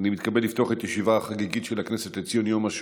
14, 15, 16, 17, 18 ו-19.